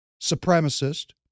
supremacist